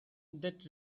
that